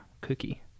cookie